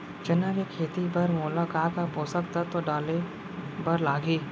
चना के खेती बर मोला का का पोसक तत्व डाले बर लागही?